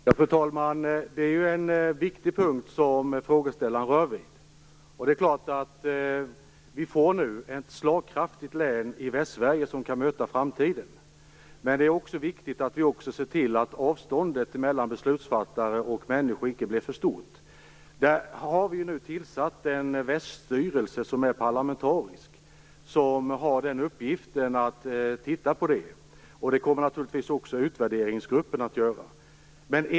Fru talman! Det är ju en viktig punkt som frågeställaren berör. Det bildas nu ett slagkraftigt län i Västsverige som kan möta framtiden. Men det är också viktigt att se till att avståndet mellan beslutsfattare och människor icke blir för stort. Därför har vi tillsatt en parlamentariskt sammansatt väststyrelse som har i uppgift att se på detta, vilket naturligtvis också utvärderingsgruppen kommer att göra.